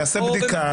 יעשה בדיקה וייכנס.